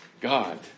God